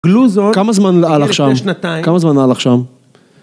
גלוזון, כמה זמן נעלך שם? כמה זמן נעלך שם?